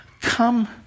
come